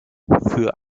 für